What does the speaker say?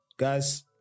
Guys